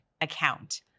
account